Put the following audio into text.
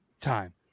time